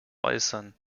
äußern